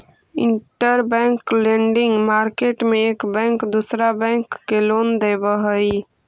interbank lending market में एक bank दूसरा बैंक के लोन देवऽ हई